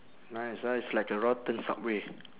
nice ah it's like a rotten subway